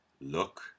look